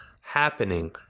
happening